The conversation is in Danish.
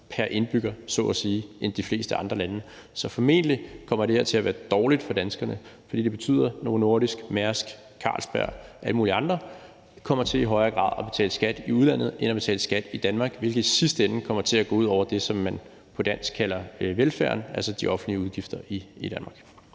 pr. indbygger, så at sige, end de fleste andre lande. Så formentlig kommer det her til at være dårligt for danskerne, fordi det betyder, at Novo Nordisk, Mærsk, Carlsberg og alle mulige andre kommer til i højere grad at betale skat i udlandet end at betale skat i Danmark, hvilket i sidste ende kommer til at gå ud over det, som man på dansk kalder velfærden, altså de offentlige udgifter i Danmark.